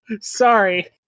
sorry